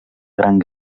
gran